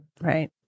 Right